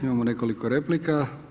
Imamo nekoliko replika.